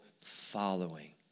following